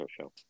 Show